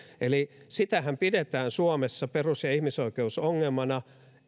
eli sitähän pidetään suomessa perus ja ihmisoikeusongelmana